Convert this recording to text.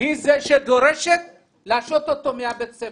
היא זו שדורשת להשהות אותו מבית הספר.